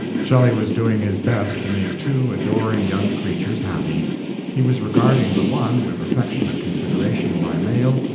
shelley was doing his best to make two adoring young creatures happy he was regarding the one with affectionate consideration by mail,